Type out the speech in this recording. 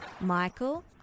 Michael